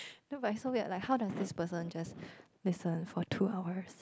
no but it's so weird how does this person just listen for two hours